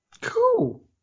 Cool